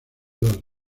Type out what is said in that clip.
los